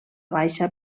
baixa